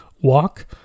walk